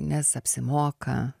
nes apsimoka